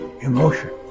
emotion